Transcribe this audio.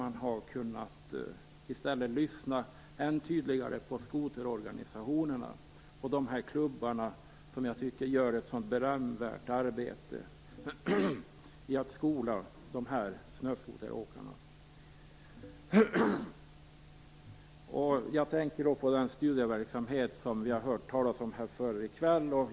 Man borde i stället ha lyssnat än noggrannare på skoterorganisationerna och de klubbar som jag tycker gör ett så berömvärt arbete i att skola snöskoteråkarna. Jag tänker på den studieverksamhet som vi har hört talas om.